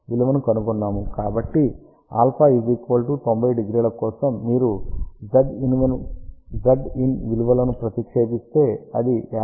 కాబట్టి α 900 కోసం మీరు Zin విలువలను ప్రతిక్షేపిస్తే అది 52